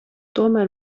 tomēr